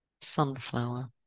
Sunflower